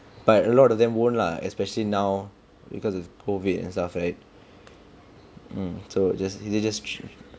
but a lot of them won't lah especially now because of COVID and stuff right so just easy to just